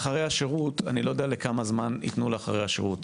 אני לא יודע לכמה זמן יתנו לאחרי השירות.